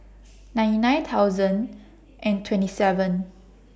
ninety nine thousand and twenty seven